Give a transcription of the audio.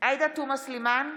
בהצבעה עאידה תומא סלימאן,